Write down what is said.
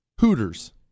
Hooters